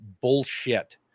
bullshit